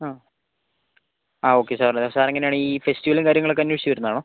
ആ ആ okay sir sir എങ്ങനെയാണ് ഈ ഫെസ്റ്റിവലും കാര്യങ്ങളൊക്കെ അന്വേഷിച്ചു വരുന്നതാണോ